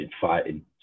fighting